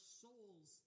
souls